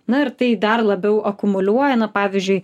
na ir tai dar labiau akumuliuoja na pavyzdžiui